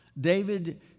David